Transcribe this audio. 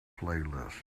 playlist